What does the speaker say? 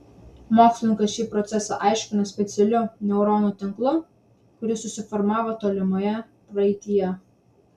mokslininkas šį procesą aiškina specialiu neuronų tinklu kuris susiformavo tolimoje praeityje